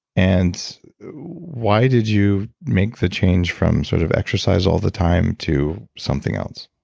and why did you make the change from sort of exercise all the time to something else?